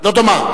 לא דומה.